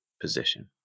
position